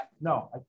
No